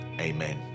amen